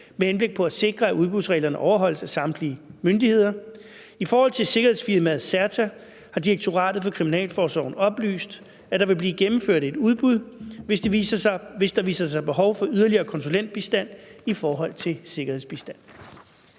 med henblik på at sikre, at udbudsreglerne overholdes af samtlige myndigheder. Med hensyn til sikkerhedsfirmaet CERTA har Direktoratet for Kriminalforsorgen oplyst, at der vil blive gennemført et udbud, hvis der viser sig behov for yderligere konsulentbistand i forbindelse med sikkerhedsbistand.